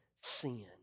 sin